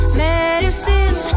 medicine